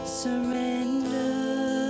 surrender